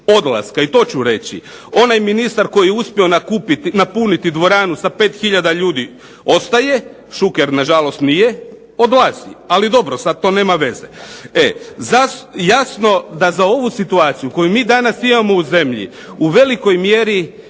odlaska? I to ću reći. Onaj ministra koji je uspio napuniti dvoranu sa 5 hiljada ljudi ostaje, Šuker nažalost nije, odlazi. Ali dobro, sada to nema veze. Jasno da za ovu situaciju koju mi danas imamo u zemlji u velikoj mjeri